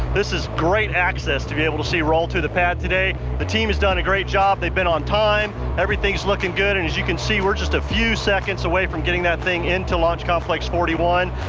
this is great access to be able to see roll to the pad today. the team has done a great job, they've been on time, everything's looking good and as you can see we're just a few seconds away from getting that thing into launch complex forty one.